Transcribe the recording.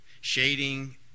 Shading